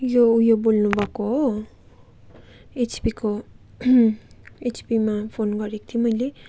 यो ऊ यो बोल्नु भएको हो एचपिको एचपिमा फोन गरेको थिएँ मैले